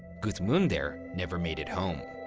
gudmundur never made it home.